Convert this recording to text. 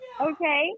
Okay